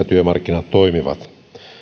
työmarkkinat toimivat